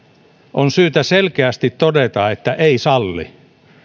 on syytä selkeästi todeta että ei salli